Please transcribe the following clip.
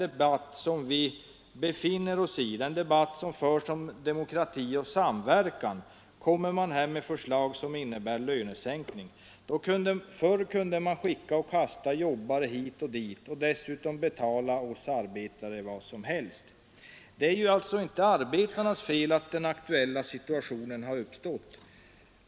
Han sade: ”Mitt uppe i den debatt som förs om demokrati och samverkan kommer man här med förslag som innebär lönesänkning. På 30-talet kunde man skicka och kasta jobbarna hit och dit. Och dessutom betala oss arbetare vad som helst. Det är ju inte arbetarnas fel att den aktuella situationen har uppstått.